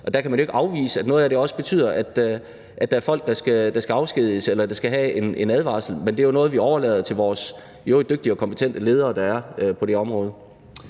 Og der kan man ikke afvise, at noget af det også betyder, at der er folk, der skal afskediges eller skal have en advarsel. Men det er jo noget, vi overlader til vores i øvrigt dygtige og kompetente ledere på det område.